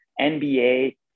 NBA